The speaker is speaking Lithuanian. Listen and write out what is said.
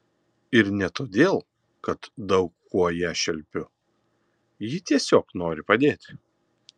ir ne todėl kad daug kuo ją šelpiu ji tiesiog nori padėti